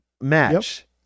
match